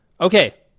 okay